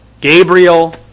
Gabriel